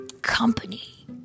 company